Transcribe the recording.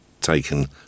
taken